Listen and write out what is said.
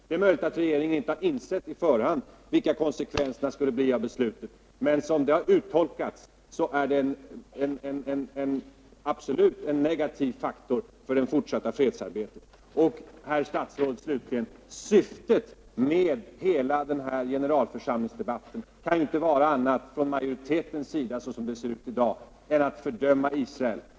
Det är möjligt att regeringen inte har insett på förhand vilka konsekvenserna skulle bli av beslutet, men som det har uttolkats är det absolut en negativ faktor för det fortsatta fredsarbetet. Slutligen, herr statsråd, kan majoritetens syfte med hela denna generalförsamlingsdebstt, som det ser ut i dag, inte vara annat än att fördöma Israel.